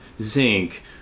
zinc